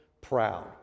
proud